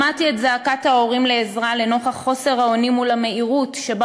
שמעתי את זעקת ההורים לעזרה לנוכח חוסר האונים מול המהירות שבה